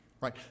right